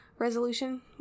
resolution